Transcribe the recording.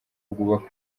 bwubaka